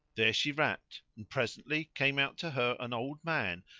there she rapped, and presently came out to her an old man,